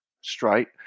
straight